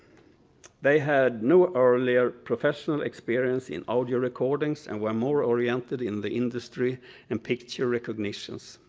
they had no earlier professional experience in audio recordings and were more oriented in the industry and picture recognitions.